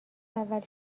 اول